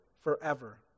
forever